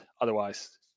otherwise